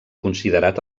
considerat